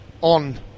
on